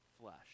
flesh